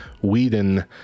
Whedon